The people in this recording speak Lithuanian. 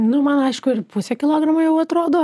nu man aišku ir pusė kilogramo jau atrodo